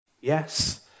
Yes